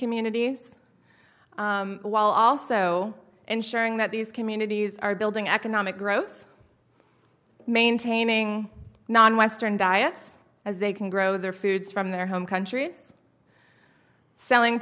communities while also ensuring that these communities are building economic growth maintaining non western diets as they can grow their foods from their home countries selling